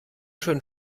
schön